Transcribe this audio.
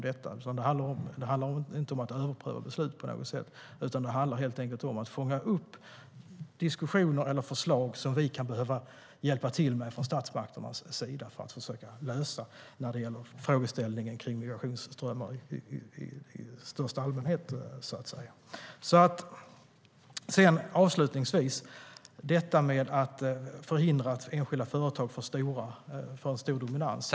Det handlar inte om att överpröva beslut utan om att fånga upp diskussioner och förslag som statsmakterna kan behöva hjälpa till att lösa när det gäller frågor om migrationsströmmar i största allmänhet.